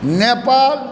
Nepal